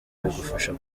bigufasha